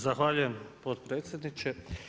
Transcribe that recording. Zahvaljujem potpredsjedniče.